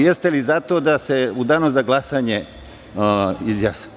Jeste li za to da se u danu za glasanje izjasnimo?